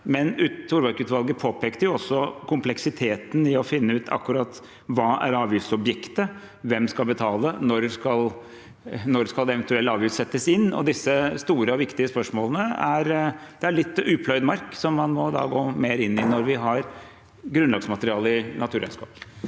måte. Torvik-utvalget påpekte også kompleksiteten i å finne ut akkurat hva som er avgiftsobjektet, hvem som skal betale, og når en eventuell avgift skal settes inn. Disse store og viktige spørsmålene er litt upløyd mark som man må gå mer inn i når vi har et grunnlagsmateriale i et naturregnskap.